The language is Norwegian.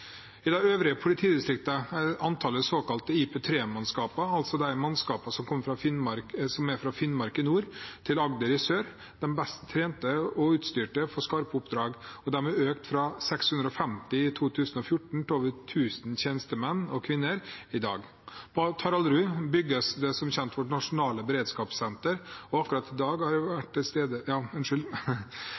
I de øvrige politidistriktene er antallet såkalte IP3-mannskaper, altså de mannskapene fra Finnmark i nord til Agder i sør som er de best trente og utstyrte for skarpe oppdrag, økt fra 650 i 2014 til over 1 000 tjenestemenn og -kvinner i dag. På Taraldrud bygges som kjent vårt nasjonale beredskapssenter. Jeg vil nevne dette mest av alt for å understreke at det er gjort mye for å styrke politiets mulighet til